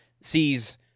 sees